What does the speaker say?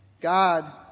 God